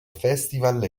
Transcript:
festival